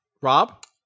Rob